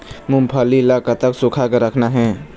मूंगफली ला कतक सूखा के रखना हे?